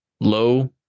low